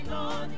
on